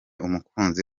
umukunzi